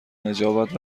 نجابت